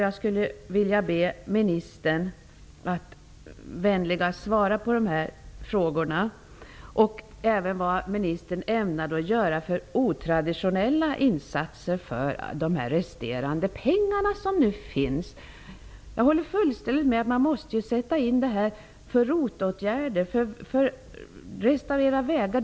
Jag skulle vilja be ministern att vara vänlig och svara på de här frågorna. Jag skulle även vilja veta vilka otraditionella insatser ministern ämnar göra för de resterande pengarna. Jag håller fullständigt med om att man måste sätta in dem i ROT-åtgärder. Man kan restaurera vägar.